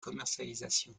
commercialisation